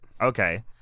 okay